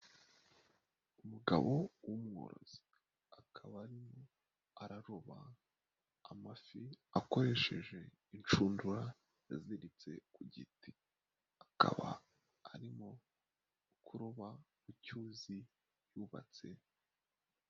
Umugabo w'umworozi, akaba arimo araroba amafi akoresheje inshundura yaziritse ku giti, akaba arimo kuroba mu cyuzi yubatse.